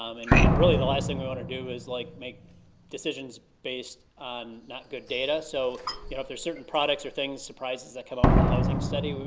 um and really the last thing we want to do is like make decisions based on not good data, so you know if there's certain products or things, surprises that come out with the housing study,